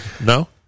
No